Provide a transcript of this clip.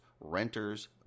renters